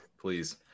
please